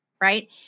right